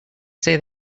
say